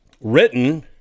written